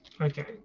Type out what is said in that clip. Okay